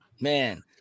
Man